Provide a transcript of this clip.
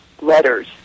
letters